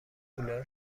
کولر